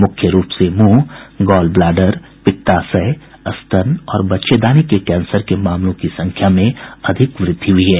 मुख्य रूप से मुंह गॉल ब्लाडर पित्ताशय स्तन और बच्चेदानी के कैंसर के मामलों की संख्या में अधिक वृद्धि हुई है